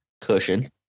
cushion